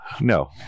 No